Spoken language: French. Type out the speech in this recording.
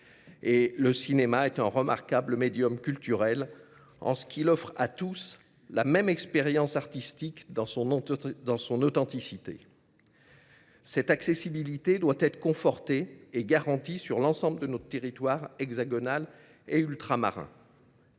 Le cinéma est un remarquable médium culturel, en ce qu’il offre à tous la même expérience artistique dans son authenticité. Cette accessibilité doit être confortée et garantie sur l’ensemble de notre territoire hexagonal et ultramarin.